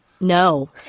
No